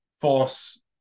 force